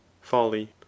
folly